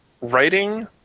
Writing